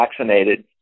vaccinated